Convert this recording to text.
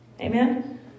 Amen